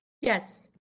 Yes